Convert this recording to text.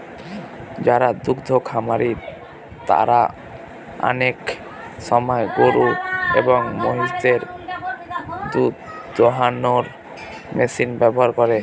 যারা দুদ্ধ খামারি তারা আনেক সময় গরু এবং মহিষদের দুধ দোহানোর মেশিন ব্যবহার করে